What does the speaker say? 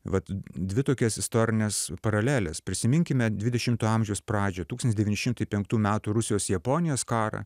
vat dvi tokias istorines paraleles prisiminkime dvidešimto amžiaus pradžią tūkstantis devyni šimtai penktų metų rusijos japonijos karą